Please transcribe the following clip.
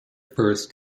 first